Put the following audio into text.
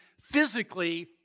physically